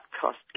cost